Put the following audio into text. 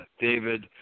David